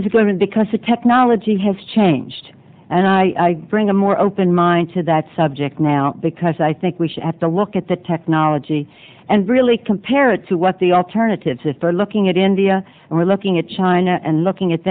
to because the technology has changed and i bring a more open mind to that subject now because i think we should have to look at the technology and really compare it to what the alternatives if we're looking at india are looking at china and looking at